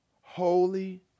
holy